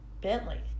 Bentley